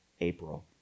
April